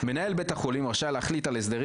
מנהל בית החולים רשאי להחליט על הסדרים